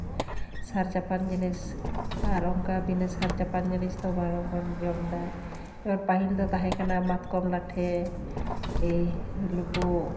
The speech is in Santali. ᱥᱟᱨ ᱪᱟᱯᱟᱱ ᱡᱤᱱᱤᱥ ᱟᱨ ᱚᱱᱠᱟ ᱵᱤᱱᱟᱹ ᱥᱟᱨ ᱪᱟᱯᱟᱱ ᱡᱤᱱᱤᱥ ᱫᱚ ᱵᱟᱝᱵᱚᱱ ᱡᱚᱢᱮᱫᱟ ᱯᱟᱹᱦᱤᱞ ᱫᱚ ᱛᱟᱦᱮᱸᱠᱟᱱᱟ ᱢᱟᱛᱠᱚᱢ ᱞᱟᱴᱷᱮ ᱮᱭ ᱞᱳᱵᱳᱜ